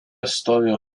stovi